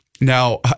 Now